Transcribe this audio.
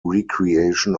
recreation